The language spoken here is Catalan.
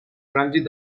trànsit